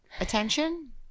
attention